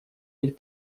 быть